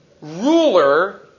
ruler